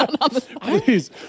Please